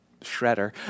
shredder